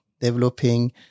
developing